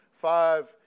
five